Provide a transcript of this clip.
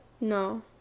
No